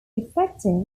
effective